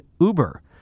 Uber